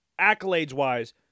accolades-wise